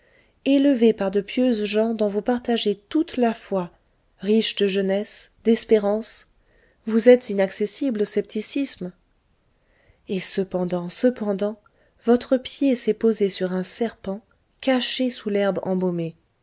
élevée par de pieuses gens dont vous partagez toute la foi riche de jeunesse d'espérance vous êtes inaccessible au scepticisme et cependant cependant votre pied s'est posé sur un serpant caché sous l'herbe embaumée